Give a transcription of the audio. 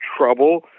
trouble